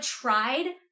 tried